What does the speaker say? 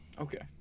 Okay